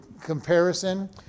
comparison